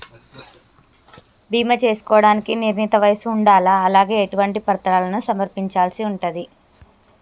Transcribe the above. బీమా చేసుకోవడానికి నిర్ణీత వయస్సు ఉండాలా? అలాగే ఎటువంటి పత్రాలను సమర్పించాల్సి ఉంటది?